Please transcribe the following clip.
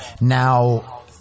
now